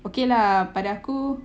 okay lah pada aku